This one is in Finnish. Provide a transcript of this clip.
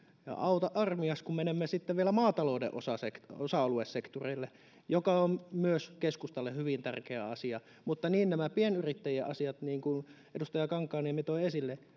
ja auta armias kun menemme sitten vielä maatalouden osa aluesektorille joka on myös keskustalle hyvin tärkeä asia mutta niin kuin nämä pienyrittäjien asiat ovat perussuomalaisille tärkeitä niin kuin edustaja kankaanniemi toi esille